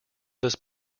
this